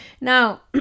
Now